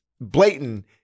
blatant